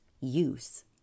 use